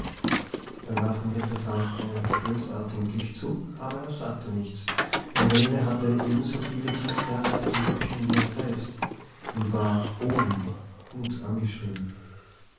dann warf ihm rittershaus einen bösartigen blick zu aber er sagte nichts denn rehle hatte ebensoviele dienstjahre auf dem rücken wie er selbst und war oben gut angeschrieben